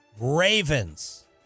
Ravens